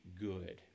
good